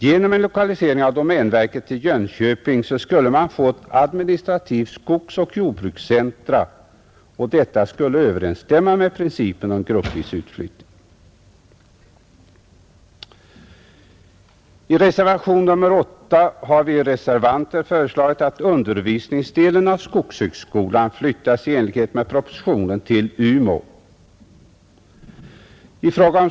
Genom en lokalisering av domänverket till Jönköping skulle man få ett administrativt skogsoch jordbrukscentrum, och detta skulle överensstämma med principen om gruppvis utflyttning. I reservationen 8 har vi reservanter föreslagit att undervisningsdelen av skogshögskolan i enlighet med propositionen flyttas till Umeå.